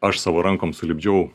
aš savo rankom sulipdžiau